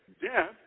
Death